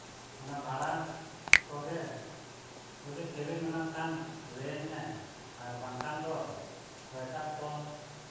ᱚᱱᱟ ᱵᱷᱟᱲᱟ ᱠᱚᱜᱮ ᱡᱩᱫᱤ ᱯᱷᱨᱤ ᱢᱮᱱᱟᱜ ᱠᱷᱟᱱ ᱞᱟᱹᱭᱟᱹᱧ ᱢᱮ ᱟᱨ ᱵᱟᱝᱠᱷᱟᱱ ᱫᱚ ᱮᱴᱟᱜ ᱠᱚ